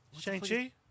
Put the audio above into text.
Shang-Chi